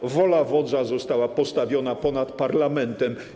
i wola wodza zostały postawione ponad parlamentem.